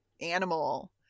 animal